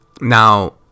Now